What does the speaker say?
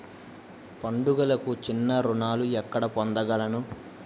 పండుగలకు చిన్న రుణాలు ఎక్కడ పొందగలను?